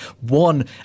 one